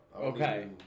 Okay